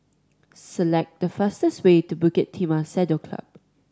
select the fastest way to Bukit Timah Saddle Club